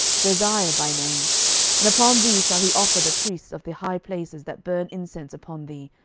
josiah by name and upon thee shall he offer the priests of the high places that burn incense upon thee,